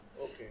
Okay